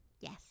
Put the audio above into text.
Yes